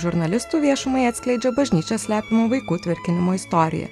žurnalistų viešumai atskleidžia bažnyčios slepiamų vaikų tvirkinimo istoriją